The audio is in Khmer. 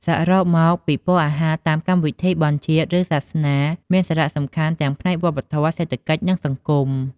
សរុបមក ពិព័រណ៍អាហារតាមកម្មវិធីបុណ្យជាតិឬសាសនាមានសារៈសំខាន់ទាំងផ្នែកវប្បធម៌ សេដ្ឋកិច្ច និងសង្គម។